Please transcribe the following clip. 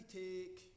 take